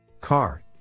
Car